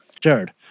Jared